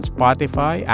Spotify